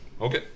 Okay